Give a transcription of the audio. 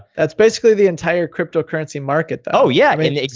that's basically the entire cryptocurrency market. oh, yeah. i mean,